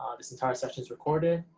um this entire session is recorded.